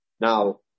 Now